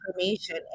information